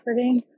efforting